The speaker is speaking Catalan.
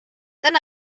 tan